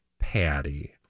Patty